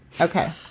Okay